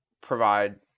provide